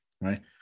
right